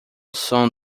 som